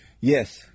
Yes